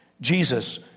Jesus